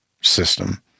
system